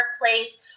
workplace